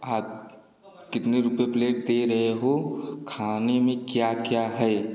आप कितने रुपये प्लेट दे रहे हो खाने में क्या क्या है